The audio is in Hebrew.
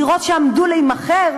דירות שעמדו להימכר